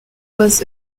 was